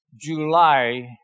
July